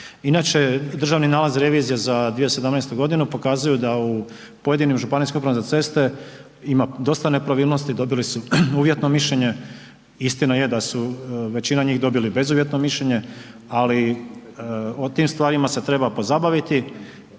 Inače državni nalazi revizije za 2017. g. pokazuju da u pojedinim županijskim upravama za ceste ima dosta nepravilnosti, dobili su uvjetno mišljenje, istina je da su većina njih bezuvjetno mišljenje ali o tim stvarima se treba pozabaviti.